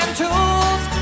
tools